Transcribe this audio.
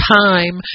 time